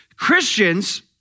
Christians